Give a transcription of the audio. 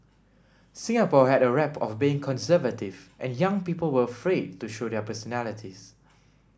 Singapore had a rep of being conservative and young people were afraid to show their personalities